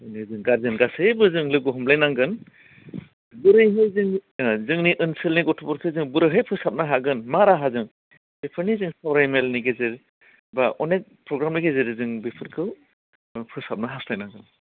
माने जों गार्जेन गासैबो जों लोगो हमलायनांगोन बोरैहाय जोंनि जोंनि ओनसोलनि गथ'फोरखौ जों बोरैहाय फोसाबनो हागोन मा राहाजों बेफोरनि जों सावराय मेलनि गेजेर बा अनेक प्रग्रामनि गेजेरजों बिफोरखौ फोसाबनो हास्थायनांगोन